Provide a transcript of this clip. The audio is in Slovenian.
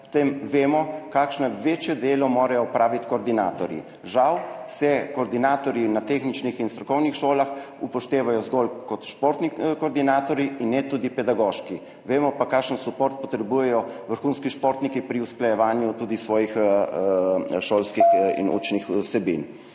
potem vemo, kakšno večje delo morajo opraviti koordinatorji. Žal se koordinatorji na tehničnih in strokovnih šolah upoštevajo zgolj kot športni koordinatorji in ne tudi pedagoški, vemo pa, kakšen suport potrebujejo vrhunski športniki tudi pri usklajevanju svojih šolskih in učnih vsebin.